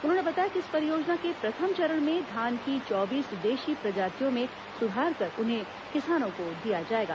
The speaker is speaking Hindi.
उन्होंने बताया कि इस परियोजना के प्रथम चरण में धान की चौबीस देशी प्रजातियों में सुधार कर उन्हें किसानों को दिया जायेगा